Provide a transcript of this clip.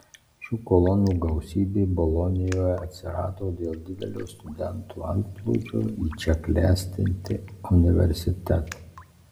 šių kolonų gausybė bolonijoje atsirado dėl didelio studentų antplūdžio į čia klestinti universitetą